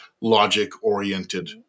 logic-oriented